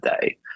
day